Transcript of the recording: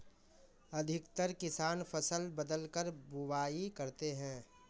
अधिकतर किसान फसल बदलकर बुवाई करते है